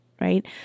right